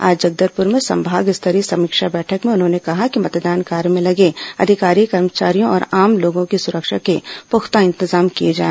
आज जगदलपुर में संभाग स्तरीय समीक्षा बैठक में उन्होंने कहा कि मतदान कार्य में लगे अधिकारी कर्मचारियों और आम लोगों की सुरक्षा के प्रख्ता इंतजाम किए जाए